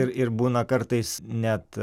ir ir būna kartais net